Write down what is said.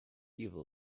evil